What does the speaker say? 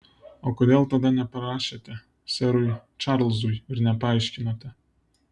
o kodėl tada neparašėte serui čarlzui ir nepaaiškinote